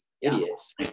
idiots